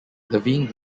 levine